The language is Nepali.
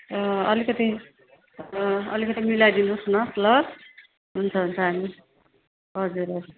अलिकति अलिकति मिलाइदिनुहोस् न ल हुन्छ हुन्छ हामी हजुर